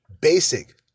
Basic